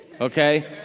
Okay